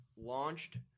launched